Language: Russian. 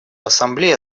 ассамблея